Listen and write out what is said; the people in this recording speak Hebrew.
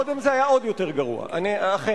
קודם זה היה עוד יותר גרוע, אכן.